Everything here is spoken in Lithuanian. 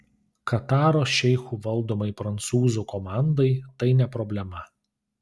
kataro šeichų valdomai prancūzų komandai tai ne problema